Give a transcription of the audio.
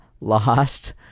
lost